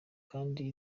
kandi